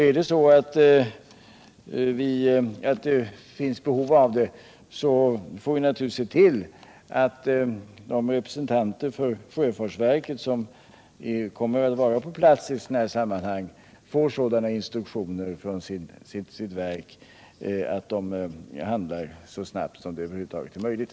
Finns det behov av det får vi naturligtvis se till att de representanter för sjöfartsverket som kommer att vara på plats i sådana här sammanhang får sådana instruktioner från sitt verk att de handlar så snabbt som det över huvud taget är möjligt.